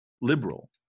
liberal